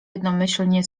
jednomyślnie